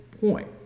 point